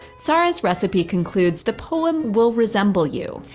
tzara's recipe concludes, the poem will resemble you.